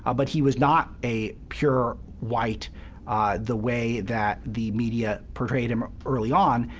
ah but he was not a pure white the way that the media portrayed him early on.